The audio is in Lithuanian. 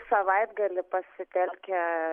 savaitgalį pasitelkė